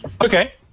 Okay